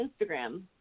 Instagram